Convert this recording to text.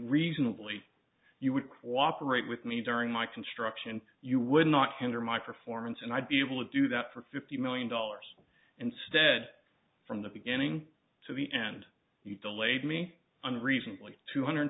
reasonably you would cooperate with me during my construction you would not hinder my performance and i'd be able to do that for fifty million dollars instead from the beginning to the end you delayed me on recently two hundred